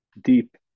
deep